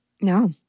No